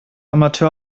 amateur